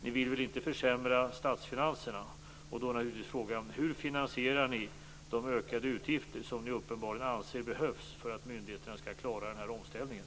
Ni vill väl inte försämra statsfinanserna? Därför blir naturligtvis frågan hur ni finansierar de ökade utgifter som ni uppenbarligen anser behövs för att myndigheterna skall klara av den här omställningen.